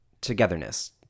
togetherness